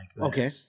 okay